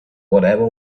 whatever